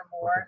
more